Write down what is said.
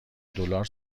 دلار